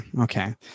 okay